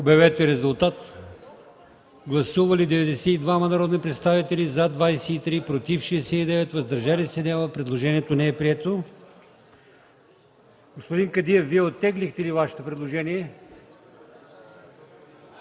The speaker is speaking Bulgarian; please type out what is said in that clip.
Моля, гласувайте. Гласували 92 народни представители: за 23, против 69, въздържали се няма. Предложението не е прието. Господин Кадиев, Вие оттеглихте ли Вашето предложение?